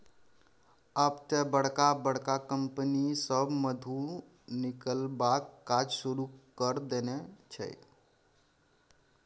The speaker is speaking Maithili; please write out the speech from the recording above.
आब तए बड़का बड़का कंपनी सभ मधु निकलबाक काज शुरू कए देने छै